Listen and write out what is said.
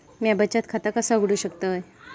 म्या बचत खाता कसा उघडू शकतय?